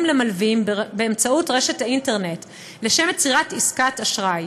למלווים באמצעות האינטרנט לשם יצירת עסקת אשראי.